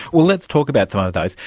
well, let's talk about some of those.